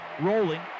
Rolling